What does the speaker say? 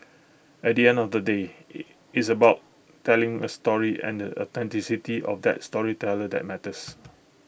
at the end of the day it's about telling A story and A of that storyteller that matters